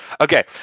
okay